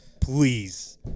Please